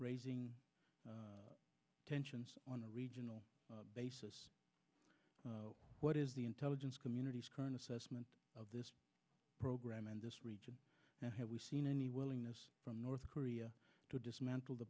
raising tensions on a regional basis what is the intelligence community's current assessment of this program and this region and have we seen any willingness from north korea to dismantle the